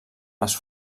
les